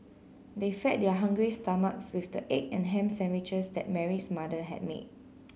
they fed their hungry stomachs with the egg and ham sandwiches that Mary's mother had made